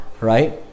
right